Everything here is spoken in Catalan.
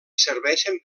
serveixen